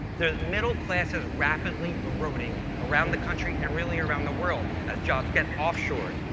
the middle class is rapidly eroding around the country and really around the world as jobs get off-shored,